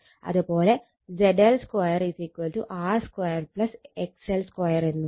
അത് പോലെ ZL 2 R 2 XL 2 എന്നും